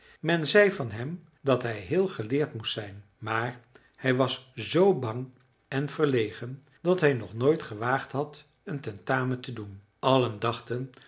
men zei van hem dat hij heel geleerd moest zijn maar hij was zoo bang en verlegen dat hij nog nooit gewaagd had een tentamen te doen allen dachten